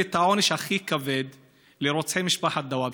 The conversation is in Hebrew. לתת את העונש הכי כבד לרוצחי משפחת דוואבשה,